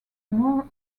more